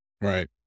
right